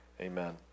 Amen